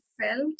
felt